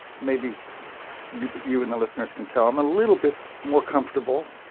maybe you you and the listeners can tell him a little bit more comfortable.